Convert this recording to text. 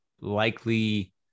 likely